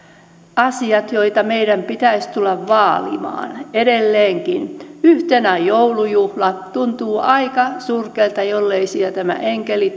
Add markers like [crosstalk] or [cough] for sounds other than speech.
asiat joita meidän pitäisi tulla vaalimaan edelleenkin yhtenä joulujuhla tuntuu aika surkealta jollei siellä tämä enkeli [unintelligible]